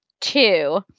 two